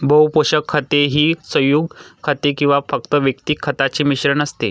बहु पोषक खते ही संयुग खते किंवा फक्त वैयक्तिक खतांचे मिश्रण असते